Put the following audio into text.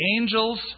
angels